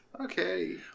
okay